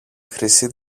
χρυσή